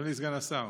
אדוני סגן השר.